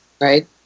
right